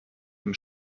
dem